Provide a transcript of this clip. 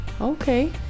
Okay